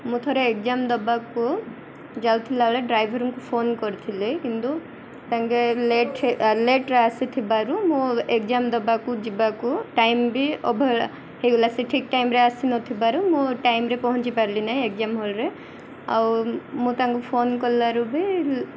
ମୁଁ ଥରେ ଏକ୍ଜାମ୍ ଦେବାକୁ ଯାଉଥିଲାବେଳେ ଡ୍ରାଇଭର୍ଙ୍କୁ ଫୋନ୍ କରିଥିଲି କିନ୍ତୁ ତାଙ୍କେ ଲେଟ୍ ଲେଟ୍ରେ ଆସିଥିବାରୁ ମୁଁ ଏଗ୍ଜାମ୍ ଦେବାକୁ ଯିବାକୁ ଟାଇମ୍ ବି ଅଭହେଳା ହେଇଗଲା ସେ ଠିକ୍ ଟାଇମ୍ରେ ଆସିନଥିବାରୁ ମୁଁ ଟାଇମ୍ରେ ପହଞ୍ଚିପାରିଲି ନାହିଁ ଏକ୍ଜାମ୍ ହଲ୍ରେ ଆଉ ମୁଁ ତାଙ୍କୁ ଫୋନ୍ କଲାରୁ ବି